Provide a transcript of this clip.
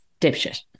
dipshit